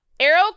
Arrow